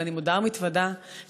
אבל אני מודה ומתוודה שעגנון,